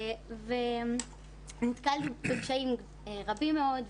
נתקלתי בקשיים רבים מאוד.